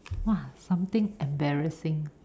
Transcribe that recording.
!wah! something embarrassing